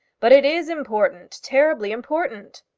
but it is important terribly important!